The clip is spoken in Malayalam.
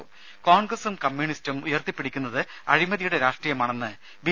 രുര കോൺഗ്രസ്സും കമ്മ്യൂണിസ്റ്റും ഉയർത്തി പിടിക്കുന്നത് അഴിമതിയുടെ രാഷ്ട്രീയമാണെന്ന് ബി